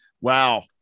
Wow